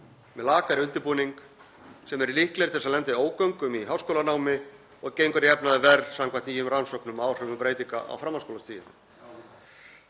með lakari undirbúning, eru líklegri til að lenda í ógöngum í háskólanámi og gengur að jafnaði verr samkvæmt nýjum rannsóknum á áhrifum breytinga á framhaldsskólastigið.